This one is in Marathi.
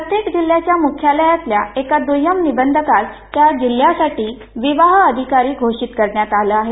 प्रत्येक जिल्ह्याच्या मुख्यालयातल्या एका दुष्यम निबंधकास त्या जिल्ह्यासाठी विवाह अधिकारी घोषित करण्यात आलं आहे